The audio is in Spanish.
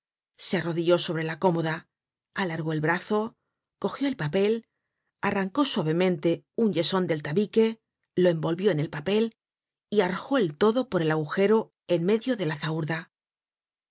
se arrodilló sobre la cómoda alargó el brazo cogió el papel arrancó suavemente un yeson del tabique lo envolvió en el papel y arrojó el todo por el agujero en medio de la